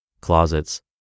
closets